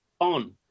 on